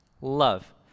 Love